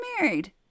married